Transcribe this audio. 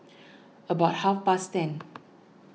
about half past ten